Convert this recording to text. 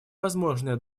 возможное